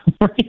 Right